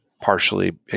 partially